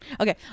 Okay